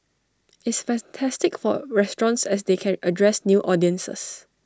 it's fantastic for restaurants as they can address new audiences